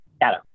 data